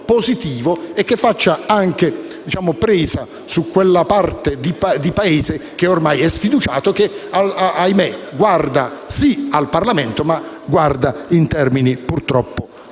che faccia anche presa su quella parte di Paese, che ormai è sfiduciato e che - ahimè - guarda, sì, al Parlamento ma in termini purtroppo negativi.